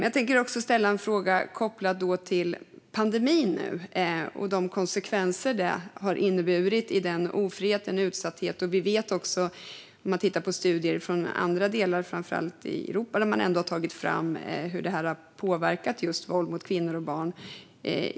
Jag tänker också ställa en fråga kopplad till pandemin och den ofrihet och utsatthet som den har medfört. Man har tagit fram studier i andra delar av framför allt Europa där man har tittat på hur det här har påverkat våld mot kvinnor och barn.